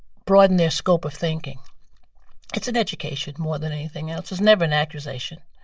broaden their scope of thinking it's an education more than anything else. it's never an accusation.